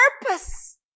purpose